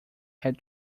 had